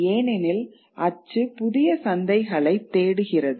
ஏனெனில் அச்சு புதிய சந்தைகளை தேடுகிறது